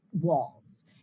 walls